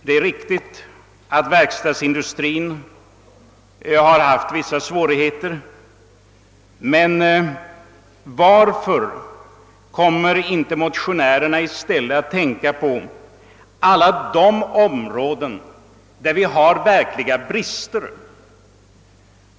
Det är riktigt att verkstadsindustrin haft vissa svårigheter, men varför kommer inte motionärerna i stället att tänka på alla de områden där det förekommer verkliga brister?